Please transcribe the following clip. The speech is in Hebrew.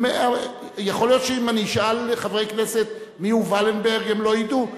יכול להיות שאם אני אשאל חברי כנסת מיהו ולנברג הם לא ידעו.